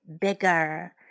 bigger